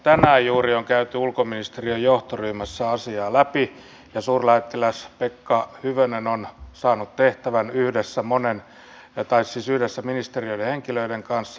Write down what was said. tänään juuri on käyty ulkoministeriön johtoryhmässä asiaa läpi ja suurlähettiläs pekka hyvönen on saanut tehtävän yhdessä ministeriöiden henkilöiden kanssa